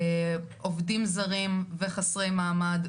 עובדים זרים וחסרי מעמד,